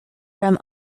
from